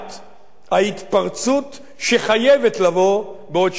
ההתפרצות שחייבת לבוא בעוד שנים אחדות.